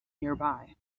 nearby